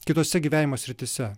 kitose gyvenimo srityse